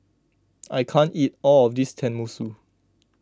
I can't eat all of this Tenmusu